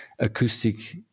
acoustic